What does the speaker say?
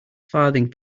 farthing